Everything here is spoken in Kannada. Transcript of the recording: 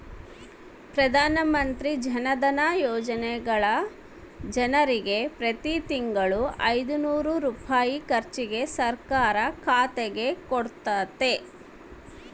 ಪ್ರಧಾನಮಂತ್ರಿ ಜನಧನ ಯೋಜನೆಗ ಜನರಿಗೆ ಪ್ರತಿ ತಿಂಗಳು ಐನೂರು ರೂಪಾಯಿ ಖರ್ಚಿಗೆ ಸರ್ಕಾರ ಖಾತೆಗೆ ಕೊಡುತ್ತತೆ